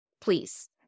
please